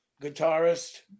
guitarist